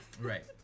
Right